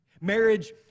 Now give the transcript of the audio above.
Marriage